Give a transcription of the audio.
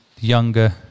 younger